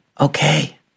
okay